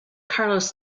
carlos